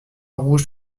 rouge